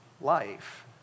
life